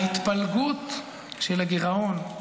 ההתפלגות של הגירעון,